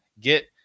get